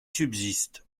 subsistent